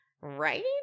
right